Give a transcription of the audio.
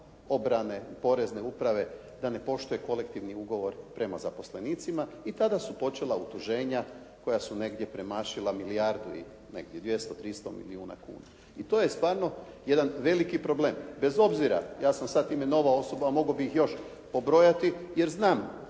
obrane, porezne uprave, da ne poštuje kolektivni ugovor prema zaposlenicima i tada su počela uteženja koja su negdnje premašila milijardu i negdje 200, 300 milijuna kuna. I to je stvarno jedan veliki problem. Bez obzira ja sam sada imenovao osobe, a mogao bih ih još pobrojati, jer znam,